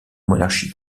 monarchie